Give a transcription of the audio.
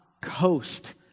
coast